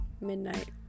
midnight